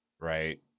right